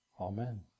Amen